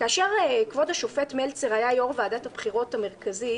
כאשר כבוד השופט מלצר היה יו"ר ועדת הבחירות המרכזית